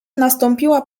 nastąpiła